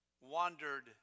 wandered